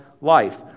life